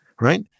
right